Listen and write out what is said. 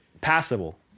Passable